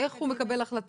איך הוא מקבל החלטה.